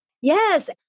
Yes